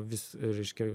vis reiškia